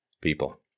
people